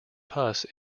pus